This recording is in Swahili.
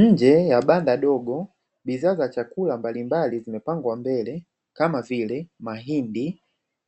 Nje ya banda ndogo bidhaa za chakula mbalimbali zimepangwa mbele kama vile; mahindi,